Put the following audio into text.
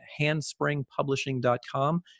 handspringpublishing.com